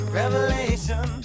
revelation